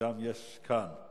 וגם יש כאן,